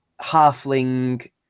halfling